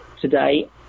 today